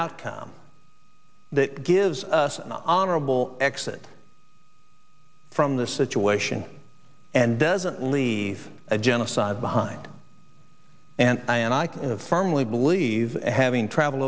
outcome that gives us an honorable exit from the situation and doesn't leave a genocide behind and i and i kind of firmly believe having traveled